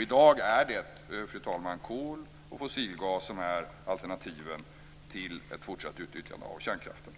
I dag är det, fru talman, kol och fossilgas som är alternativen till ett fortsatt utnyttjande av kärnkraften.